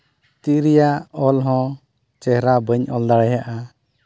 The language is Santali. ᱛᱤ ᱨᱮᱭᱟᱜ ᱚᱞ ᱦᱚᱸ ᱪᱮᱦᱨᱟ ᱵᱟᱹᱧ ᱚᱞ ᱫᱟᱲᱮᱭᱟᱜᱼᱟ